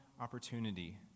opportunity